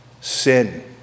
sin